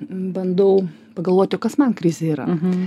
bandau pagalvoti o kas man krizė yra